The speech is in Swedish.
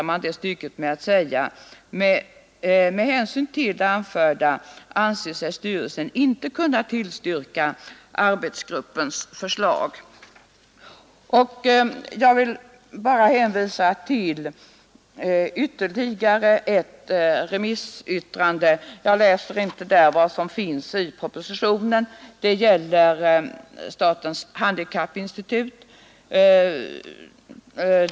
——— Med hänsyn till det anförda anser sig styrelsen inte kunna tillstyrka arbetsgruppens förslag.” Jag vill bara hänvisa till ytterligare ett remissyttrande, men jag läser inte vad som skrivits i propositionen. Jag avser yttrandet från statens handikappinstitut.